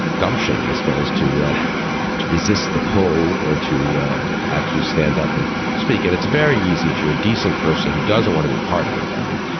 gumption, i suppose, to to resist the. whole or to actually stand up and speak it, it's very easy if you're a decent person who doesn't want to be part of it. i mean,